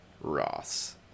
Ross